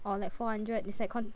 or like four hundred is like con~